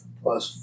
plus